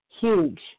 huge